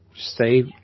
Stay